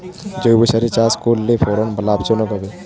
জৈবসারে চাষ করলে ফলন লাভজনক হবে?